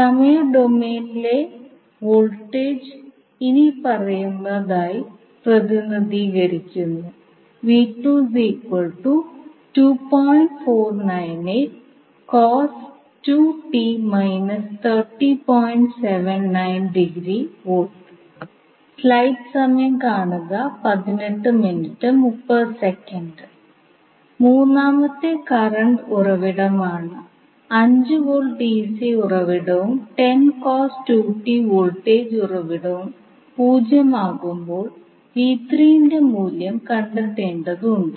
അല്ലെങ്കിൽ നോഡ് ഒരു വോൾട്ടേജ് ഉറവിടത്തിലൂടെ ബന്ധിപ്പിച്ചിരിക്കുകയാണ്